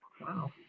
Wow